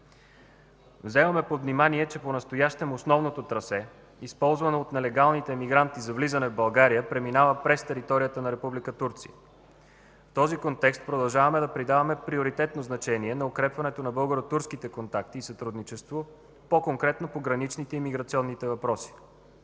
Вземаме под внимание, че понастоящем основното трасе, използвано от нелегалните имигранти за влизане в България, преминава през територията на Република Турция. В този контекст продължаваме да придаваме приоритетно значение на укрепването на българо-турските контакти и сътрудничество по-конкретно по граничните и имиграционните въпроси.